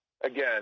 again